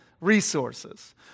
resources